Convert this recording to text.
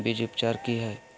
बीज उपचार कि हैय?